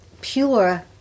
pure